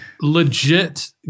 Legit